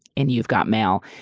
and you've got mail.